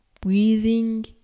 breathing